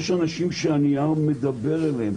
יש אנשים שהנייר מדבר אליהם,